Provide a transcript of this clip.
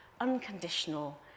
unconditional